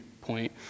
point